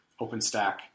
OpenStack